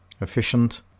efficient